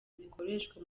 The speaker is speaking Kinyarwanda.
zikoreshwa